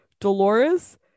Dolores